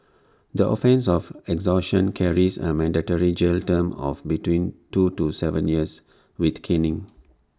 the offence of extortion carries A mandatory jail term of between two to Seven years with caning